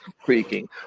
creaking